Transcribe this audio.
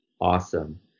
awesome